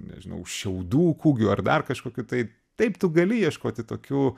nežinau šiaudų kūgiu ar dar kažkokiu tai taip tu gali ieškoti tokių